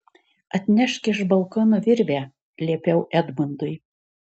atnešk iš balkono virvę liepiau edmundui